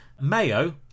Mayo